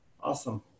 Awesome